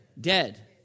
Dead